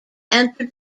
entered